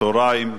לצהריים,